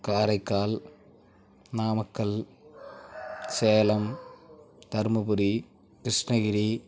Karaikal Namakkal Salem Dharmapuri Krishnagiri